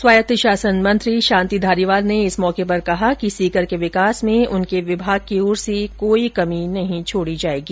स्वायत्त शासन मंत्री शांति धारीवाल ने इस मौके पर कहा कि सीकर के विकास में उनके विभाग की ओर से कोई कमी नहीं छोड़ी जाएगी